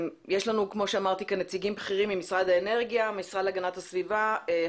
אנחנו רוצים שיתקיימו הדברים שנחתמו